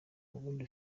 ubundi